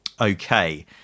Okay